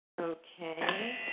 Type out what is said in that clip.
Okay